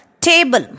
table